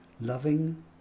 loving